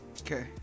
Okay